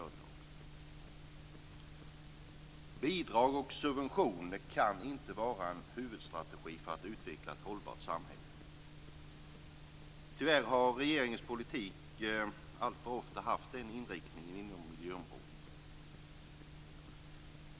Bidrag och subventioner kan inte vara en huvudstrategi för att utveckla ett hållbart samhälle. Tyvärr har regeringens politik alltför ofta haft den inriktningen inom miljöområdet.